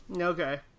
Okay